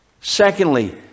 Secondly